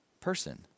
person